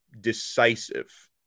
decisive